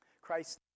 Christ